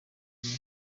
rumwe